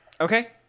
Okay